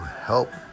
help